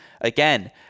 again